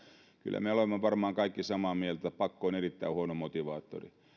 kyllä olemme varmaan kaikki samaa mieltä pakko on erittäin huono motivaattori